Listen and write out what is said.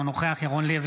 אינו נוכח ירון לוי,